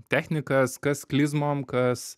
technikas kas klizmom kas